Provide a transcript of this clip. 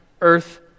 earth